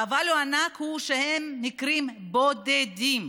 והאבל הענק הוא שהם מקרים בודדים.